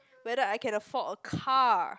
whether I can afford a car